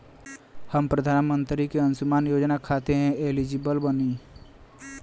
हम प्रधानमंत्री के अंशुमान योजना खाते हैं एलिजिबल बनी?